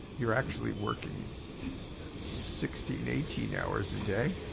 you're actually working sixteen, eighteen hours a day.